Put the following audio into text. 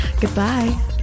Goodbye